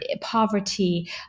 poverty